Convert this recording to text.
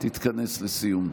תתכנס לסיום.